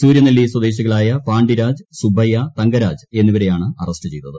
സൂര്യനെല്ലി സ്വദേശികളായ പാണ്ടിരാജ് സുബ്ബയ്യ തങ്കരാജ് എന്നിവരെയാണ് അറസ്റ്റ് ചെയ്തത്